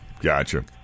gotcha